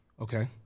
Okay